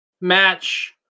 match